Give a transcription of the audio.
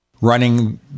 running